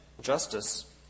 justice